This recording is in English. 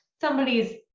Somebody's